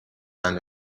and